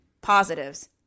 positives